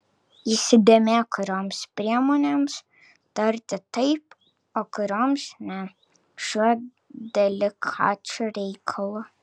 įsidėmėk kurioms priemonėms tarti taip o kurioms ne šiuo delikačiu reikalu